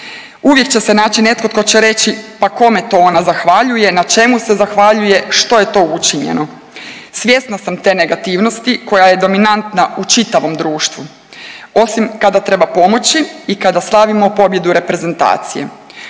Uvijek će se naći netko tko će reći, pa kome to ona zahvaljuje, na čemu se zahvaljuje, što je to učinjeno. Svjesna sam te negativnosti koja je dominantna u čitavom društvu, osim kada treba pomoći i kada slavimo pobjedu reprezentacije.